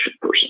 person